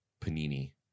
Panini